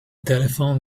telephone